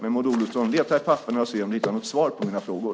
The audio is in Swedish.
Men Maud Olofsson, leta i papperen och se om du hittar något svar på mina frågor!